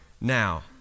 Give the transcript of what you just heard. now